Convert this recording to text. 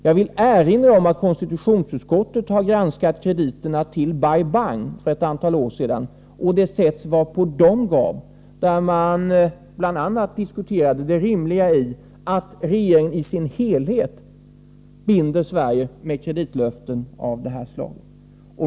Jag vill erinra om att konstitutionsutskottet har granskat krediterna till Bai Bang för ett antal år sedan och det sätt på vilket de gavs. Då diskuterade man bl.a. det rimliga i att regeringen i sin helhet binder Sverige med kreditlöften av det här slaget.